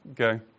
Okay